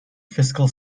fiscal